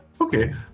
Okay